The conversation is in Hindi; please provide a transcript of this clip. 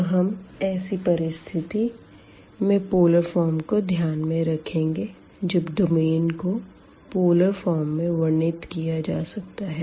तो हम ऐसी परिस्थिति में पोलर फॉर्म को ध्यान में रखेंगे जब डोमेन को पोलर फॉर्म में वर्णित किया जा सकता है